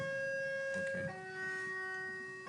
נורמטיבית מסוימת על ההון.